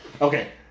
okay